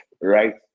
right